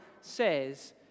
says